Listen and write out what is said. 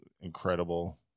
incredible